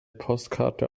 postkarte